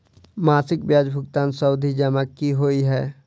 मासिक ब्याज भुगतान सावधि जमा की होइ है?